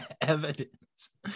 evidence